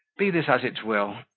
be this as it will,